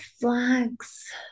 flags